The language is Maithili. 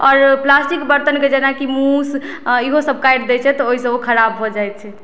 आओर प्लास्टि क बर्तनके जेनाकि मूस इहो सभ काटि दै छै तऽ ओहिसँ ओ खराब भऽ जाइत छै